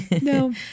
no